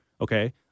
okay